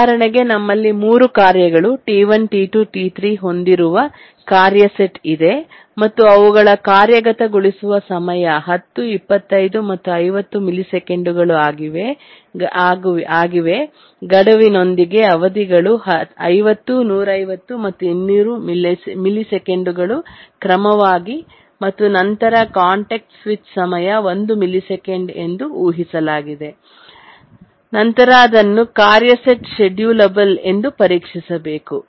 ಉದಾಹರಣೆಗೆ ನಮ್ಮಲ್ಲಿ 3 ಕಾರ್ಯಗಳು T1 T2 T3 ಹೊಂದಿರುವ ಕಾರ್ಯ ಸೆಟ್ ಇದೆ ಮತ್ತು ಅವುಗಳ ಕಾರ್ಯಗತಗೊಳಿಸುವ ಸಮಯ 10 25 ಮತ್ತು 50 ಮಿಲಿಸೆಕೆಂಡುಗಳು ಆಗಿದೆ ಗಡುವಿನೊಂದಿಗೆ ಅವಧಿಗಳು 50 150 ಮತ್ತು 200 ಮಿಲಿಸೆಕೆಂಡುಗಳು ಕ್ರಮವಾಗಿ ಮತ್ತು ನಂತರ ಕಾಂಟೆಕ್ಸ್ಟ್ ಸ್ವಿಚ್ ಸಮಯ 1 ಮಿಲಿಸೆಕೆಂಡ್ ಎಂದು ಊಹಿಸಲಾಗಿದೆ ನಂತರ ಅದನ್ನು ಕಾರ್ಯ ಸೆಟ್ ಶೆಡ್ಯೂಲಬೆಲ್ ಎಂದು ಪರೀಕ್ಷಿಸಬೇಕು